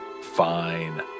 Fine